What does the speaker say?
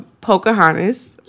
Pocahontas